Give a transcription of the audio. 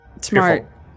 smart